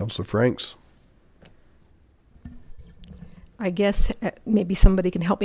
and so frank's i guess maybe somebody can help